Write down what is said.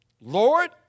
Lord